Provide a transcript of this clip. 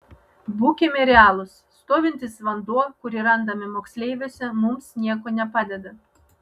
būkime realūs stovintis vanduo kurį randame moksleiviuose mums nieko nepadeda